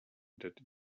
that